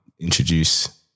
introduce